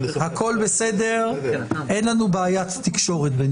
אין בינינו בעיית תקשורת.